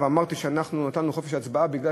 ואמרתי שאנחנו נתנו חופש הצבעה בגלל